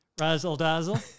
razzle-dazzle